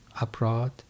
abroad